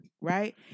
right